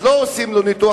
לא עושים לו ניתוח,